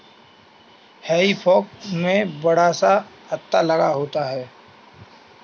हेई फोक में बड़ा सा हत्था लगा होता है